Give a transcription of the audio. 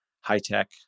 high-tech